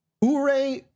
Ure